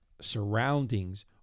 surroundings